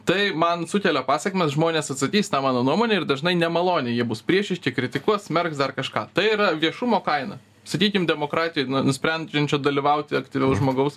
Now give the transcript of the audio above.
tai man sukelia pasekmes žmonės atsakys į tą mano nuomonę ir dažnai nemaloniai jie bus priešiški kritikuos smerks dar kažką tai yra viešumo kaina sakykim demokratijoj nusprendžiančio dalyvauti aktyviau žmogaus